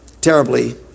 terribly